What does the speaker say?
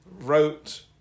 wrote